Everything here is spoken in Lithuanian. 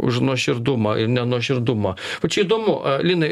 už nuoširdumą ir nenuoširdumą bet čia įdomu a linai